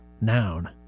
noun